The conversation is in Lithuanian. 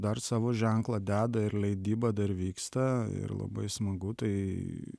dar savo ženklą deda ir leidyba dar vyksta ir labai smagu tai